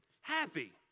happy